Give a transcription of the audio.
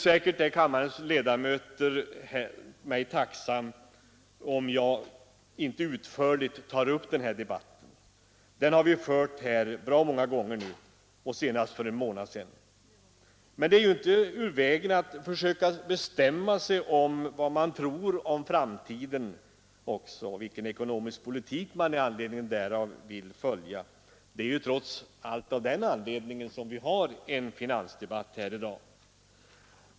Säkert är kammarens ledamöter mig tacksamma om jag inte utförligt tar upp den debatten — den har vi fört här bra många gånger nu, senast för en månad sedan. Men det är ju inte ur vägen att försöka bestämma sig för vad man tror om framtiden också och vilken ekonomisk politik man i anledning därav vill föra — det är trots allt av den anledningen vi har en finansdebatt i dag.